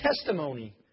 testimony